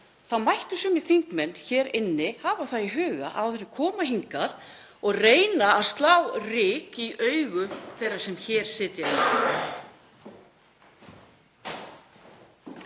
þá mættu sumir þingmenn hér inni hafa það í huga áður en þeir koma hingað og reyna að slá ryki í augu þeirra sem hér sitja